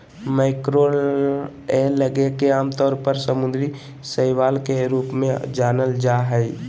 macroalgae के आमतौर पर समुद्री शैवाल के रूप में जानल जा हइ